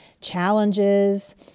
challenges